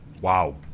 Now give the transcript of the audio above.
Wow